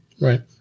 Right